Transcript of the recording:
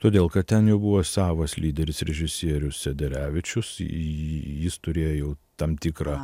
todėl kad ten jau buvo savas lyderis režisierius sederevičius jjjjis turėjo jau tam tikrą